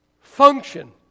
function